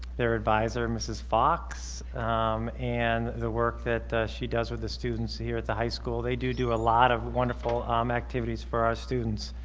their advisor mrs. fox and the work that she does with the students here at the high school. they do do do a lot of wonderful um activities for our students.